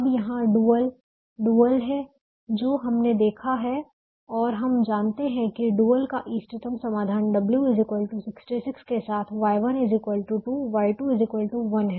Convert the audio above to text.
अब यहाँ dual dual है जो हमने देखा है और हम जानते हैं कि डुअल का इष्टतम समाधान W 66 के साथ Y1 2 Y2 1 है